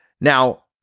Now